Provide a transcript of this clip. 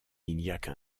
iliaque